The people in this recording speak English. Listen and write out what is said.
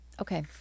Okay